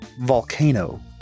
Volcano